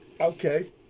Okay